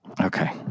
okay